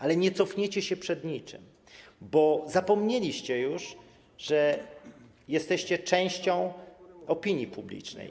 Ale nie cofniecie się przed niczym, bo już zapomnieliście, że jesteście częścią opinii publicznej.